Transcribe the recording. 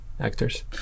Actors